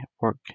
work